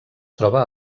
troba